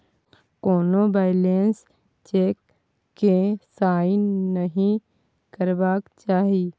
कोनो blank cheque केँ sign नहि करबाक चाही